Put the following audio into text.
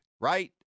right